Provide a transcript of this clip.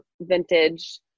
vintage